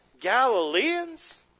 Galileans